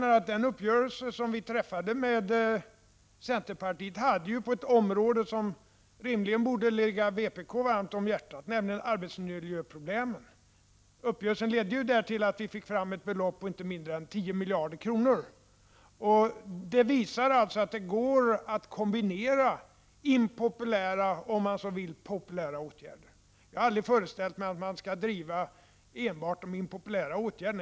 Lars Werner, den uppgörelse som vi träffade med centerpartiet gällde ett område som rimligen borde ligga vpk varmt om hjärtat, nämligen arbetsmiljöproblemen. Uppgörelsen ledde till att vi fick fram ett belopp på inte mindre än 10 miljarder kronor. Det visar också att det går att kombinera impopulära åtgärder med populära. Jag har aldrig föreställt mig att man enbart skulle driva de impopulära åtgärderna.